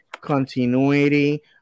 continuity